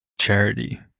charity